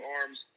arms